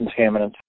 contaminants